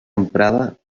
emprada